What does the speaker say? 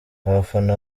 abafana